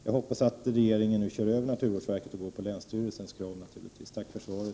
Jag hoppas att regeringen kör över naturvårdsverket och går på samma linje som länsstyrelsen. Tack för svaret.